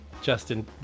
Justin